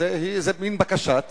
זה מין בקשת